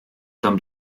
tam